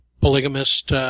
polygamist